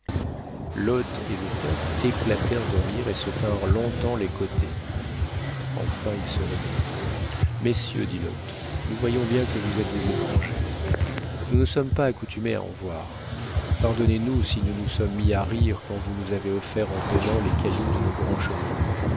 l'hôte et l'hôtesse éclatèrent de rire et se tinrent long-temps les côtés enfin ils se remirent messieurs dit l'hôte nous voyons bien que vous êtes des étrangers nous ne sommes pas accoutumés à en voir pardonnez-nous si nous nous sommes mis à rire quand vous nous avez offert en paiement les cailloux de nos grands chemins